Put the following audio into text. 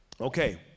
Okay